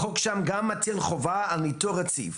החוק שם מטיל חובה על ניטור רציף.